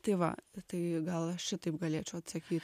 tai va tai gal šitaip galėčiau atsakyt